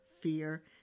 fear